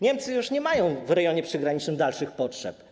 Niemcy już nie mają w rejonie przygranicznym dalszych potrzeb.